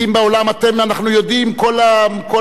אנחנו יודעים שכל הנוגשים,